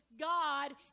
God